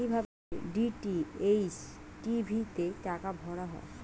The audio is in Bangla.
কি ভাবে ডি.টি.এইচ টি.ভি তে টাকা ভরা হয়?